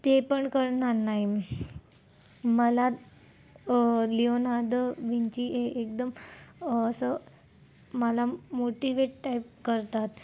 ते पण करणार नाही मला लिओनाद विंची हे एकदम असं मला मोटिवेट टाईप करतात